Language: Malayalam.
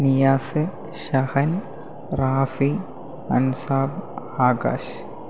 നിയാസ് ഷഹൻ റാഫി അൻസാർ ആകാശ്